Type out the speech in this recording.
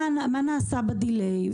מה נעשה בדיליי?